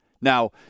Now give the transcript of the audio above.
Now